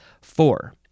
Four